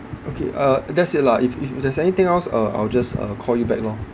okay uh that's it lah if if there's anything else err I'll just uh call you back lor